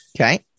Okay